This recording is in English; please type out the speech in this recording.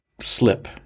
slip